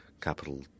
capital